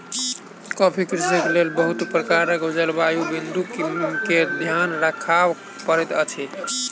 coffee कृषिक लेल बहुत प्रकारक जलवायु बिंदु के ध्यान राखअ पड़ैत अछि